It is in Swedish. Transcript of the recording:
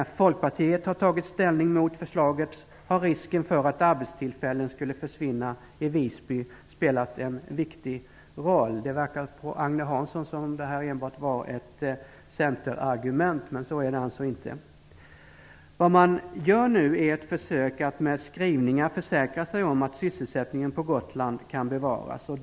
När Folkpartiet har tagit ställning mot förslaget har risken för att arbetstillfällen skulle försvinna i Visby spelat en viktig roll. Det verkar på Agne Hansson som om det här enbart var ett centerargument, men så är det alltså inte. Vad man gör nu är ett försök att med skrivningar försäkra sig om att sysselsättningen på Gotland kan bevaras.